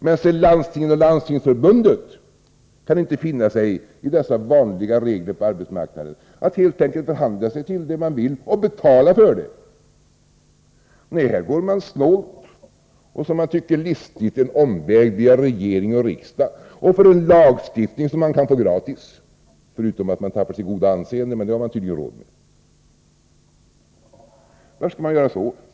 Men landstingen och Landstingsförbunden kan inte finna sig i dessa vanliga regler på arbetsmarknaden, att man helt enkelt förhandlar sig till det man vill och betalar för det. Nej, här går man snålt och, som man tycker, listigt en omväg via regering och riksdag och får en lagstiftning gratis — förutom att man tappar sitt goda anseende, men det har man tydligen råd med. Varför skall man göra så?